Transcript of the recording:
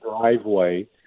driveway